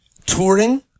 Touring